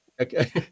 okay